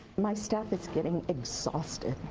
my staff is getting exhausted.